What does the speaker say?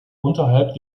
unterhalb